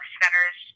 centers